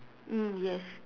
mm yes